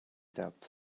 depth